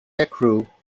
aircrew